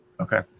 Okay